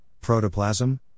protoplasm